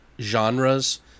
genres